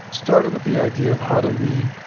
started with the idea of how do we